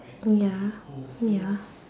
oh ya oh ya